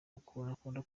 akunda